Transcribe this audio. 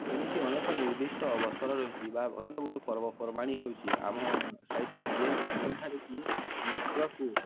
ଏମିତି ଅନେକ ନିର୍ଦ୍ଧିଷ୍ଟ ଅବସର ରହିଛି ବା ଅନେକ ଗୁଡ଼ିଏ ପର୍ବପର୍ବାଣି ହେଉଛିି ଆମ ସାଇଟ୍ରେ ଯେ ଯେଉଁଠାରେ କିି ନୃତ୍ୟକୁ